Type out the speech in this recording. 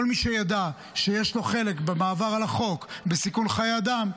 כל מי שיש לו חלק בעבירה על החוק ובסיכון חיי אדם,